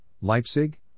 Leipzig